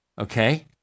Okay